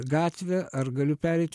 gatvę ar galiu pereiti